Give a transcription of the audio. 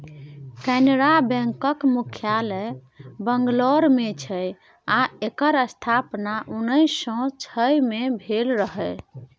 कैनरा बैकक मुख्यालय बंगलौर मे छै आ एकर स्थापना उन्नैस सँ छइ मे भेल रहय